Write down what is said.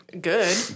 good